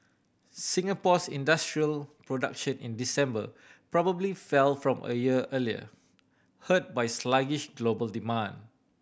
Singapore's industrial production in December probably fell from a year earlier hurt by sluggish global demand